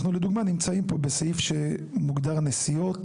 אנחנו לדוגמה נמצאים פה בסעיף שמוגדר נסיעות,